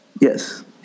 Yes